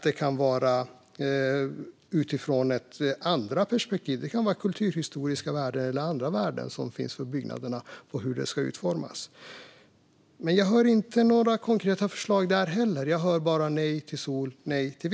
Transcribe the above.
Det kan också ske utifrån andra perspektiv, till exempel kulturhistoriska värden eller andra värden som finns och som påverkar hur det hela ska utformas. Jag hör inte några konkreta förslag där heller. Jag hör bara: Nej till sol och vind!